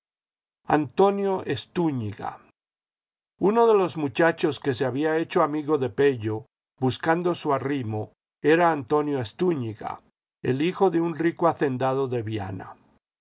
antonio estuníga uno de los muchachos que se había hecho amigo de pello buscando su arrimo era antonio estúñiga el hijo de un rico hacendado de viana